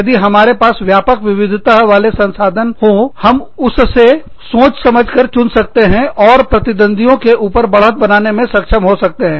यदि हमारे पास व्यापक विविधता वाले संसाधन हो तो हम उससे सोच समझकर चुन सकते हैं और प्रतिद्वंद्वियों के ऊपर बढ़त बनाने में सक्षम हो सकते हैं